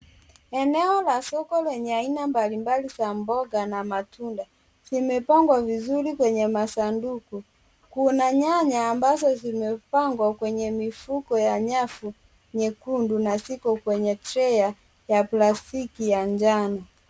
Eneo la soko lenye aina mbalimbali za mboga na matunda. Zimepangwa vizuri kwenye masanduku. Kuna nyanya ambazo zimepangwa kwenye mifuko ya nyavu nyekundu na ziko kwenye tray ya plastiki ya njano.